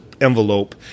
envelope